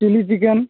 chilli chicken